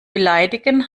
beleidigen